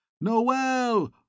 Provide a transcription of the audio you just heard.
Noel